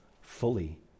fully